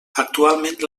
actualment